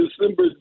December